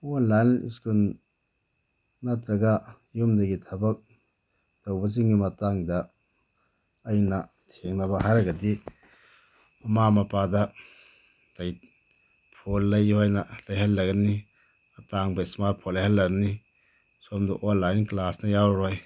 online school ꯅꯠꯇ꯭ꯔꯒ ꯌꯨꯝꯗꯒꯤ ꯊꯕꯛ ꯇꯧꯕꯁꯤꯡꯒꯤ ꯃꯇꯥꯡꯗ ꯑꯩꯅ ꯊꯦꯡꯅꯕ ꯍꯥꯏꯔꯒꯗꯤ ꯃꯃꯥ ꯃꯄꯥꯗ ꯐꯣꯟ ꯂꯩꯌꯣ ꯍꯥꯏꯅ ꯂꯩꯍꯜꯂꯒꯅꯤ ꯑꯇꯥꯡꯕ ꯏꯁꯃꯥꯔꯠ ꯐꯣꯟ ꯂꯩꯍꯜꯂꯅꯤ ꯁꯣꯝꯗ ꯑꯣꯟꯂꯥꯏꯟ ꯀ꯭ꯂꯥꯁꯅ ꯌꯥꯎꯔꯔꯣꯏ